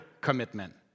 commitment